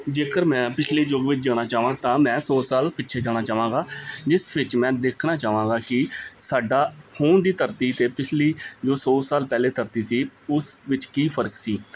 ਜੇਕਰ ਮੈਂ ਪਿਛਲੇ ਯੁੱਗ ਵਿੱਚ ਜਾਣਾ ਚਾਹਵਾਂ ਤਾਂ ਮੈਂ ਸੌ ਸਾਲ ਪਿੱਛੇ ਜਾਣਾ ਚਾਹਾਂਗਾ ਜਿਸ ਵਿੱਚ ਮੈਂ ਦੇਖਣਾ ਚਾਹਾਂਗਾ ਕਿ ਸਾਡਾ ਹੁਣ ਦੀ ਧਰਤੀ ਅਤੇ ਪਿਛਲੀ ਜੋ ਸੌ ਸਾਲ ਪਹਿਲੇ ਧਰਤੀ ਸੀ ਉਸ ਵਿੱਚ ਕੀ ਫਰਕ ਸੀ